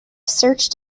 searched